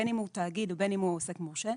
בין אם הוא תאגיד ובין אם הוא עוסק מורשה,